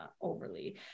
overly